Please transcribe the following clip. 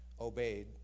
obeyed